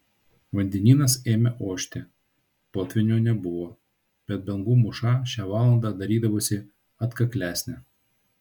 vandenynas ėmė ošti potvynio nebuvo bet bangų mūša šią valandą darydavosi atkaklesnė